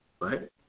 right